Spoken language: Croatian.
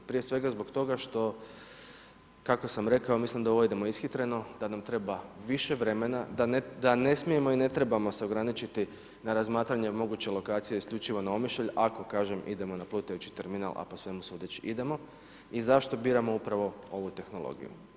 Prije svega zbog toga što kako sam rekao, mislim da u ovo idemo ishitreno, da nam treba više vremena, da ne smijemo i ne trebamo se ograničiti na razmatranje o mogućoj lokaciji isključivo na Omišalj ako kažemo, idemo na plutajući terminal, a po svemu sudeći idemo i zašto biramo upravo ovu tehnologiju.